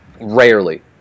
rarely